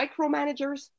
micromanagers